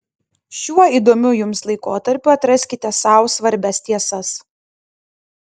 šiuo įdomiu jums laikotarpiu atraskite sau svarbias tiesas